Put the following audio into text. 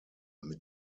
mit